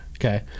Okay